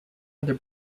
other